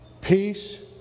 Peace